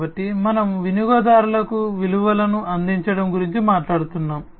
కాబట్టి మనము వినియోగదారులకు విలువలను అందించడం గురించి మాట్లాడుతున్నాము